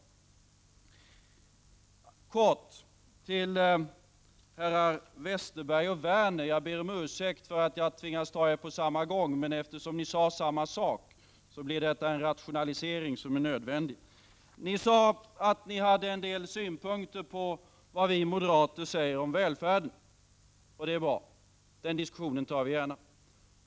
Nu vänder jag mig med några korta ord till herrar Westerberg och Werner — jag ber om ursäkt för att jag tvingas vända mig till er på samma gång, men eftersom ni sade samma sak blir detta en rationalisering som är nödvändig. Ni sade att ni hade en del synpunkter på vad vi moderater säger om välfärden. Det är bra; den diskussionen tar vi gärna upp.